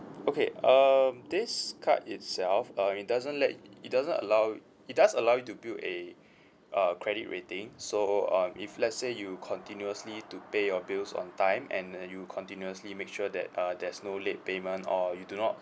okay um this card itself uh it doesn't let it doesn't allow it does allow you to build a a credit rating so um if let's say you continuously to pay your bills on time and uh you continuously make sure that uh there's no late payment or you do not